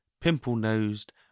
pimple-nosed